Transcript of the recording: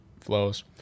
flows